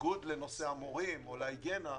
בניגוד לנושא המורים או להיגיינה,